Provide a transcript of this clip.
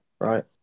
right